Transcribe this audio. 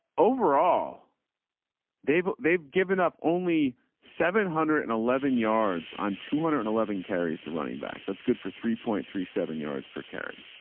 overall they've, they've given up only seven hundred and eleven yards on two hundred and eleven carries two running backs. that's good for three point three seven yards per carry.